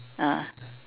ah